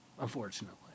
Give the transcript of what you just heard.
unfortunately